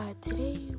today